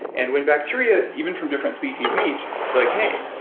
and when bacteria, even from different species, meet they're like, hey.